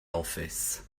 office